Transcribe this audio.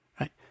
right